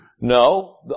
No